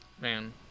Man